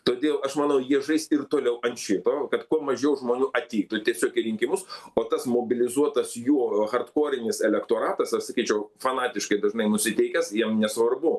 todėl aš manau jie žais ir toliau ant šito kad kuo mažiau žmonių ateitų tiesiog į rinkimus o tas mobilizuotas jų hardkorinis elektoratas aš sakyčiau fanatiškai dažnai nusiteikęs jiem nesvarbu